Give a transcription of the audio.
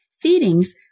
Feedings